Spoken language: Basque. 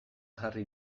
jarri